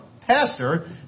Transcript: pastor